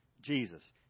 Jesus